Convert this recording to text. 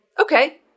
okay